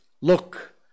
Look